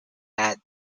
had